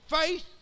faith